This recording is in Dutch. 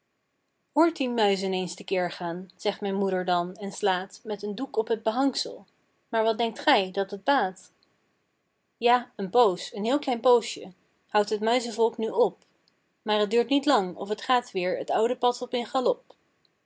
hoort die muizen eens te keer gaan zegt mijn moeder dan en slaat met een doek op het behangsel maar wat denkt gij dat het baat ja een poos een heel klein poosje houdt het muizenvolk nu op maar het duurt niet lang of t gaat weer t oude pad op in galop